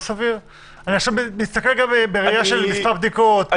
נסתכל בראייה של מספר בדיקות.